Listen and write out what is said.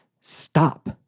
stop